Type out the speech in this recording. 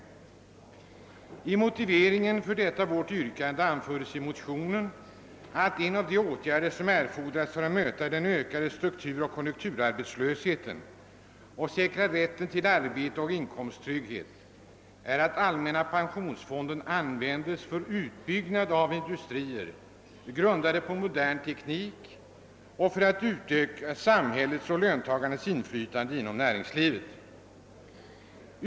I motiveringen för detta vårt yrkande anförs i motionen, att en av de åtgärder som erfordras för att möta den ökade strukturoch konjunkturarbetslösheten och säkra rätten till arbete och inkomsttrygghet är att den allmänna pensionsfonden användes för utbyggnad av industrier, grundade på modern teknik, och för att utöka samhällets och löntagarnas inflytande inom näringslivet.